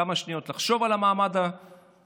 כמה שניות לחשוב על מעמד המורה,